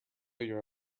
your